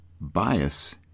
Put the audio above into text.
bias